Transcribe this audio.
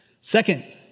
Second